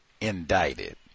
indicted